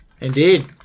Indeed